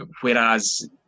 Whereas